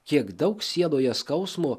kiek daug sieloje skausmo